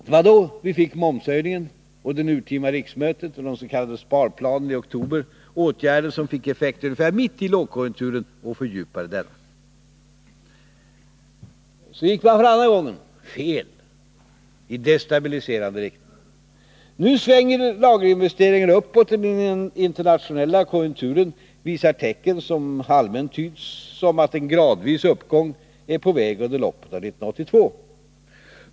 Det var då vi fick momshöjningen, vid det urtima riksmötet, och den s.k. sparplanen i oktober — åtgärder som fick effekt mitt under lågkonjunkturen och fördjupade denna. Så gick man fel för andra gången, i destabiliserande riktning. Nu svänger lagerinvesteringarna uppåt, och den internationella konjunkturen visar tecken som allmänt tyds som att en gradvis uppgång är på väg under loppet av 1982.